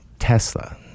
Tesla